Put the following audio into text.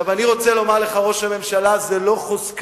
אני רוצה לומר לך, ראש הממשלה, זו לא חוזקה,